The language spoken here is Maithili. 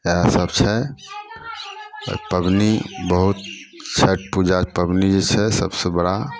इएहसब छै छठि पबनी बहुत छठि पूजाके पबनी जे छै सबसे बड़ा